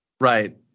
Right